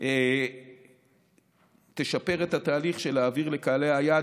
היא תשפר את התהליך ההעברה לקהלי היעד